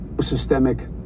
systemic